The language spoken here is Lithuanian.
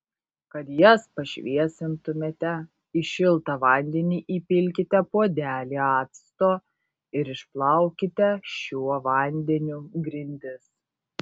kad jas pašviesintumėte į šiltą vandenį įpilkite puodelį acto ir išplaukite šiuo vandeniu grindis